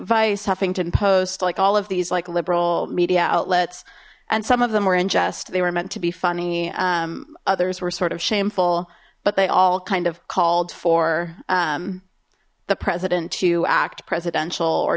vice huffington post like all of these like liberal media outlets and some of them were in jest they were meant to be funny others were sort of shameful but they all kind of called or the president to act